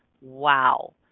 wow